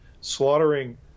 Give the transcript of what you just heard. slaughtering